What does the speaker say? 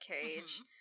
Cage